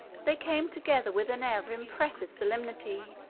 they came together with an air of impressive solemnity,